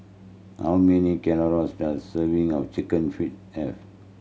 how many calories does serving of Chicken Feet have